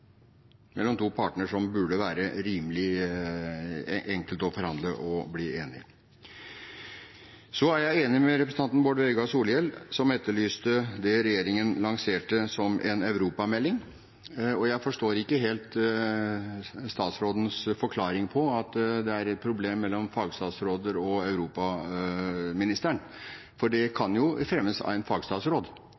mellom to parter der det burde være rimelig enkelt å forhandle og bli enige. Så er jeg enig med representanten Bård Vegar Solhjell, som etterlyste det regjeringen lanserte som en europamelding. Jeg forstår ikke helt statsrådens forklaring på at det er et problem mellom fagstatsråder og europaministeren.